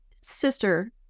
sister